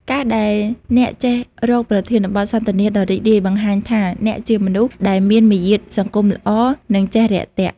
ការដែលអ្នកចេះរកប្រធានបទសន្ទនាដ៏រីករាយ បង្ហាញថាអ្នកជាមនុស្សដែលមានមារយាទសង្គមល្អ និងចេះរាក់ទាក់។